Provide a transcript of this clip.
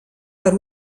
per